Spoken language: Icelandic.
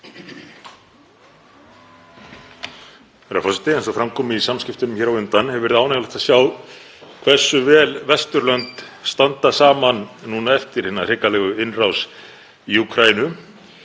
Herra forseti. Eins og fram kom í samskiptum hér á undan hefur verið ánægjulegt að sjá hversu vel Vesturlönd standa saman núna eftir hina hrikalegu innrás í Úkraínu